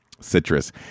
citrus